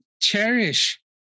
cherish